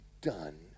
done